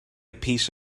piece